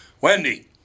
wendy